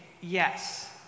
yes